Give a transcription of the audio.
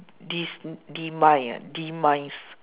dis~ demise ah demise